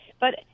But-